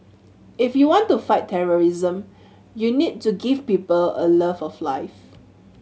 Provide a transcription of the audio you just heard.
if you want to fight terrorism you need to give people a love of life